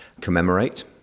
commemorate